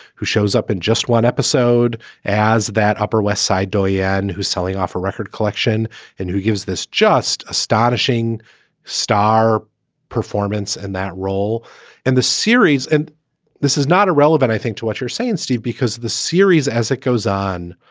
who shows up in just one episode as that upper west side dooryard, and who's selling off a record collection and who gives this just astonishing star performance and that role in and the series and this is not a relevant, i think, to what you're saying, steve, because the series as it goes on,